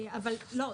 אבל לא,